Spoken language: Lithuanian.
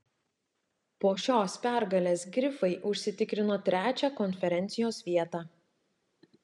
po šios pergalės grifai užsitikrino trečią konferencijos vietą